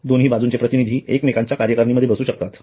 दोन्ही बाजूंचे प्रतिनिधी एकमेकांच्या कार्यकारिणी मध्ये बसू शकतात